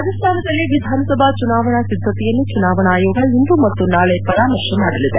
ರಾಜಸ್ತಾನದಲ್ಲಿ ವಿಧಾನಸಭಾ ಚುನಾವಣಾ ಸಿದ್ದತೆಯನ್ನು ಚುನಾವಣಾ ಆಯೋಗ ಇಂದು ಮತ್ತು ನಾಳೆ ಪರಾಮರ್ಶೆ ಮಾಡಲಿದೆ